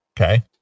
Okay